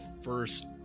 first